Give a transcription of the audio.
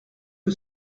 que